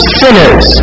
sinners